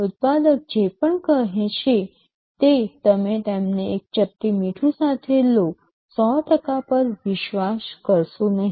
ઉત્પાદક જે પણ કહે તે તમે તેમને એક ચપટી મીઠું સાથે લો છો ૧00 પર વિશ્વાસ કરશો નહીં